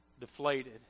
deflated